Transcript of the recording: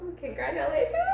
congratulations